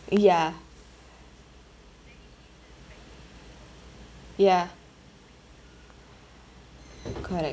ya ya correct